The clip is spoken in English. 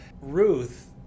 Ruth